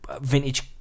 vintage